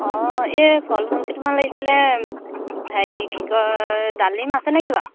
অঁ এই ফল মূল কেইটামান লাগিছিলে হেৰি কি কয় ডালিম আছে নেকি বাৰু